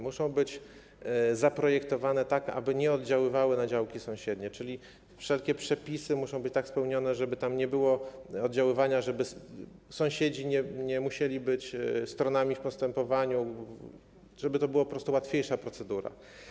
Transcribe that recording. Muszą być zaprojektowane tak, aby nie oddziaływały na działki sąsiednie, czyli wszelkie przepisy muszą być tak spełnione, żeby tam nie było oddziaływania, żeby sąsiedzi nie musieli być stronami w postępowaniu, żeby to była po prostu łatwiejsza procedura.